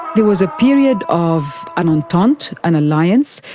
there was a period of an entente, an alliance,